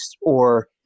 or-